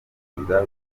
kwinjira